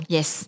Yes